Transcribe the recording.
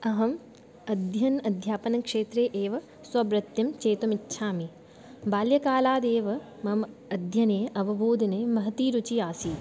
अहं अध्ययन अध्यापन क्षेत्रे एव स्ववृत्तिं चेतुमिच्छामि बाल्यकालादेव मम अध्ययने अवबोधने महती रुचिः आसीत्